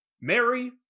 Mary